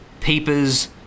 Peepers